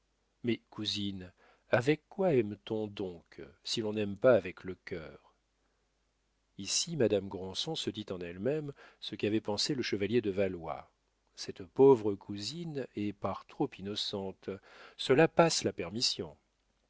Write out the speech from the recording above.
mais cousine avec quoi aime-t-on donc si l'on n'aime pas avec le cœur ici madame granson se dit en elle-même ce qu'avait pensé le chevalier de valois cette pauvre cousine est par trop innocente cela passe la permission